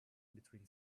between